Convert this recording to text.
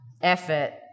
effort